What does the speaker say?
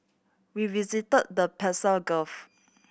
we visited the Persian Gulf